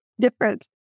difference